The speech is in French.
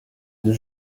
deux